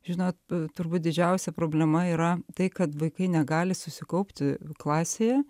žinot turbūt didžiausia problema yra tai kad vaikai negali susikaupti klasėje